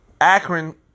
Akron